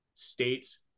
states